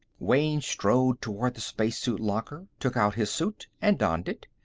wayne strode toward the spacesuit locker, took out his suit, and donned it.